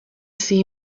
see